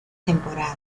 temporada